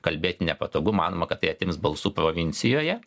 kalbėti nepatogu manoma kad tai atims balsų provincijoje